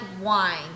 wine